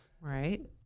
right